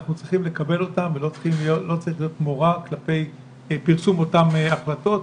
אנחנו צריכים לקבל אותן ולא צריך להיות מורא כלפי פרסום אותן החלטות,